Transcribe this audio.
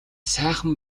сайхан